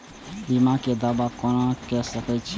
बीमा के दावा कोना के सके छिऐ?